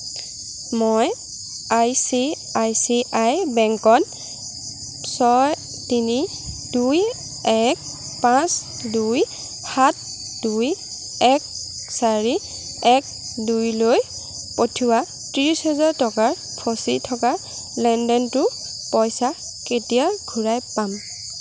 মই I C I C I বেংকত ছয় তিনি দুই এক পাঁচ দুই সাত দুই এক চাৰি এক দুইলৈ পঠিওৱা ত্ৰিশ হেজাৰ টকাৰ ফঁচি থকা লেনদেনটোৰ পইচা কেতিয়া ঘূৰাই পাম